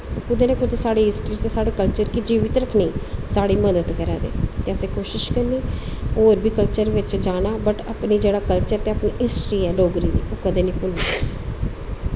कुतै ना कुतै साढ़ी हिस्ट्री च साढ़े कल्चर गी जीवित रक्खने गी साढ़ी मदद करा दे ते असे कोशश करनी होर बी कल्चर बिच्च जाना बट अपना जेह्ड़ा कल्चर ते हिस्ट्री ऐ डोगरी दी ओह् कदैं निं भुल्लनी